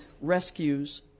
rescues